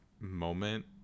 moment